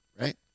Right